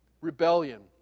rebellion